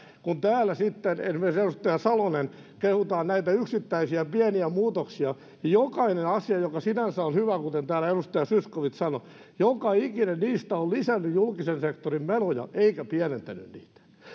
kun täällä sitten esimerkiksi edustaja salonen kehutaan näitä yksittäisiä pieniä muutoksia niin jokainen asia joka sinänsä on hyvä kuten täällä edustaja zyskowicz sanoi joka ikinen niistä on lisännyt julkisen sektorin menoja eikä pienentänyt niitä